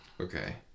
Okay